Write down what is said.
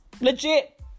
Legit